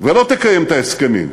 ולא תקיים את ההסכמים,